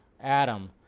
Adam